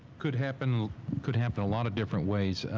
could happen could happen a lot of different ways.